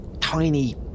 tiny